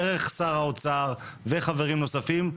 דרך שר האוצר וחברים נוספים,